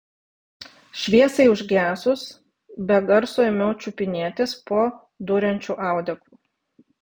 šviesai užgesus be garso ėmiau čiupinėtis po duriančiu audeklu